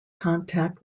contact